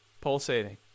pulsating